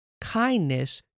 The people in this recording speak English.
kindness